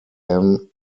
ann